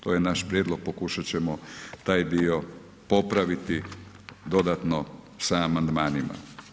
To je naš prijedlog pokušat ćemo taj dio popraviti dodatno sa amandmanima.